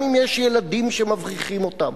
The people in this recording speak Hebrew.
גם אם יש ילדים שמבריחים אותם.